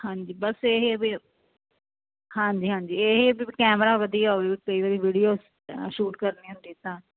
ਹਾਂਜੀ ਇਹੀ ਹਾਂਜੀ ਹਾਂਜੀ ਇਹ ਕੈਮਰਾ ਵਧੀਆ ਹੋਵੇ ਕਈ ਵਾਰੀ ਵੀਡੀਓ ਸ਼ੂਟ ਕਰਨੀ ਹੁੰਦੀ ਤਾਂ